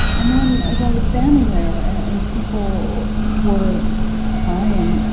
and then as i was standing there and people were crying,